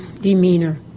demeanor